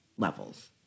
Levels